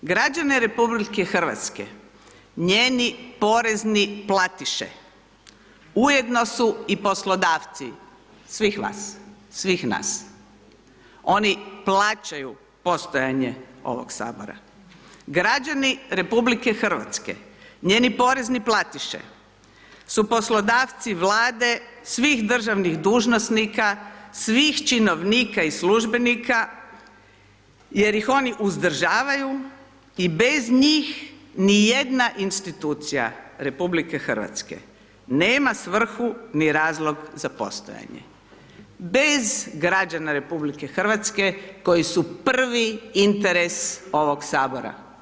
Građane RH njeni porezni platiše ujedno su i poslodavci svih vas, svih nas, oni plaćaju postojanje ovog Sabora, građani RH, njeni porezni platiše su poslodavci Vlade, svih državnih dužnosnika, svih činovnika i službenika jer ih oni uzdržavaju i bez njih nijedna institucija RH nema svrhu ni razlog za postojanje bez građana RH koji su prvi interes ovog Sabora.